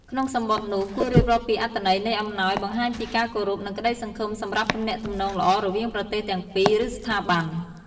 ក្នុងសំបុត្រនោះ គួររៀបរាប់ពី អត្ថន័យនៃអំណោយ បង្ហាញពី ការគោរព និងក្តីសង្ឃឹមសម្រាប់ទំនាក់ទំនងល្អ រវាងប្រទេសទាំងពីរ ឬស្ថាប័ន។